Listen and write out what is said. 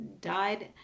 died